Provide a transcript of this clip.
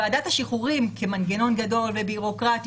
ועדת השחרורים כמנגנון גדול ובירוקרטי